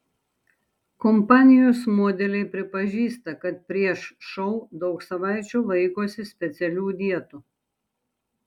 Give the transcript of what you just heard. kompanijos modeliai pripažįsta kad prieš šou daug savaičių laikosi specialių dietų